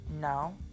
No